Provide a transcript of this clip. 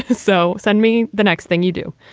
so send me the next thing you do.